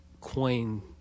coin